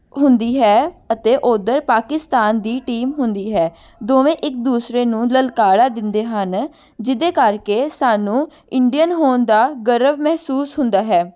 ਹੁੰਦੀ ਹੈ ਅਤੇ ਉੱਧਰ ਪਾਕਿਸਤਾਨ ਦੀ ਟੀਮ ਹੁੰਦੀ ਹੈ ਦੋਵੇਂ ਇੱਕ ਦੂਸਰੇ ਨੂੰ ਲਲਕਾਰਾ ਦਿੰਦੇ ਹਨ ਜਿਹਦੇ ਕਰਕੇ ਸਾਨੂੰ ਇੰਡੀਅਨ ਹੋਣ ਦਾ ਗਰਵ ਮਹਿਸੂਸ ਹੁੰਦਾ ਹੈ